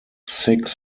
six